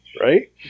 Right